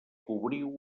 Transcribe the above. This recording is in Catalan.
cobriu